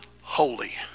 holy